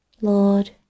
Lord